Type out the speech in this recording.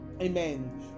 Amen